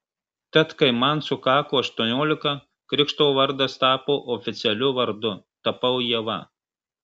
tad kai man sukako aštuoniolika krikšto vardas tapo oficialiu vardu tapau ieva